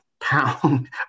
Pound